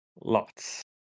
Lots